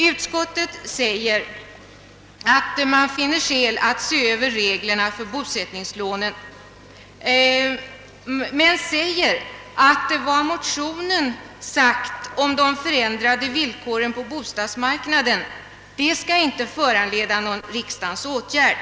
Utskottet säger att det finns skäl att se över reglerna för bosättningslånen men tillägger att vad i motionen sagts om de förändrade ekonomiska villkoren på bostadsmarknaden inte bör föranleda någon riksdagens åtgärd.